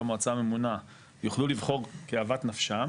מועצה ממונה יוכלו לבחור כאוות נפשם